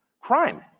Crime